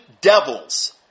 devils